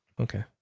okay